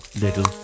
little